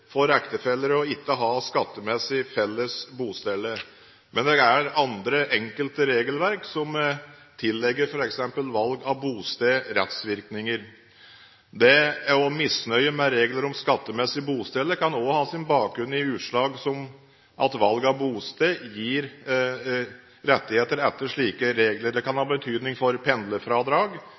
for ektefeller ikke å ha skattemessig felles bosted, men det er enkelte andre regelverk som tillegger f.eks. valg av bosted rettsvirkninger. Misnøye med regler om skattemessig bosted kan også ha sin bakgrunn i utslag som at valg av bosted gir rettigheter etter slike regler. Det kan ha betydning for pendlerfradrag,